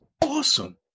awesome